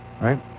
right